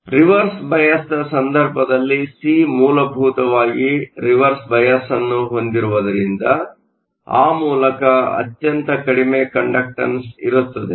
reverse ಬಯಾಸ್Reverse biasನ ಸಂದರ್ಭದಲ್ಲಿ ಸಿ ಮೂಲಭೂತವಾಗಿ ರಿವರ್ಸ್ ಬಯಾಸ್Reverse bias ಅನ್ನು ಹೊಂದಿರುವುದರಿಂದ ಆ ಮೂಲಕ ಅತ್ಯಂತ ಕಡಿಮೆ ಕಂಡಕ್ಟನ್ಸ್Conductance ಇರುತ್ತದೆ